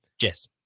Yes